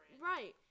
right